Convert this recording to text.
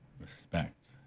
respect